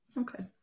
Okay